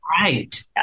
right